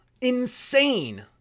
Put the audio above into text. Insane